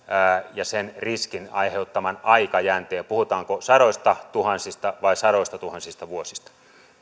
ja sen riskin aiheuttaman aikajänteen puhutaanko sadoista tuhansista vai sadoistatuhansista vuosista